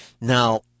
Now